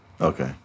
Okay